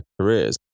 careers